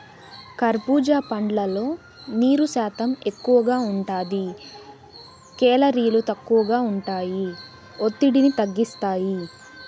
కర్భూజా పండ్లల్లో నీరు శాతం ఎక్కువగా ఉంటాది, కేలరీలు తక్కువగా ఉంటాయి, ఒత్తిడిని తగ్గిస్తాయి